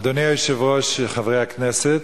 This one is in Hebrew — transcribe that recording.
אדוני היושב-ראש, חברי הכנסת,